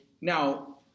Now